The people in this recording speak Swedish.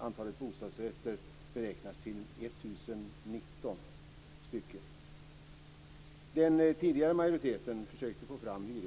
Antalet bostadsrätter beräknas till 1 019 stycken. Den tidigare majoriteten försökte få fram